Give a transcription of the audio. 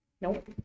nope